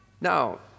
Now